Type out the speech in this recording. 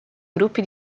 gruppi